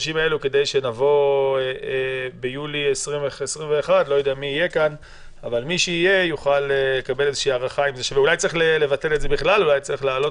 שיהיה כאן ביולי 2021 יוכל לקבל החלטה אם לבטל את זה בכלל או לא.